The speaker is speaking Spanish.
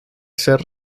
ser